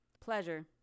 Pleasure